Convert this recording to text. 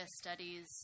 studies